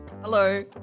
Hello